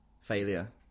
failure